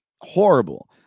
horrible